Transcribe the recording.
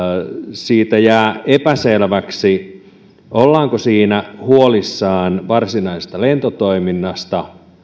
siitä jää epäselväksi ollaanko siinä huolissaan varsinaisesta lentotoiminnasta